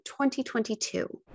2022